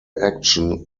action